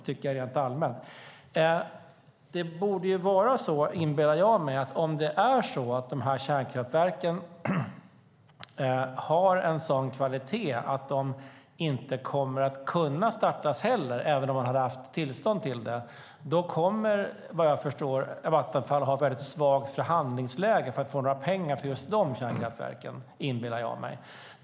Jag inbillar mig att det borde vara så att om kärnkraftverken har sådan kvalitet att de inte kommer att kunna startas, även om man hade haft tillstånd till det, kommer Vattenfall - vad jag förstår - ha ett svagt förhandlingsläge för att få några pengar för just de kärnkraftverken.